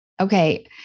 okay